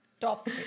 Top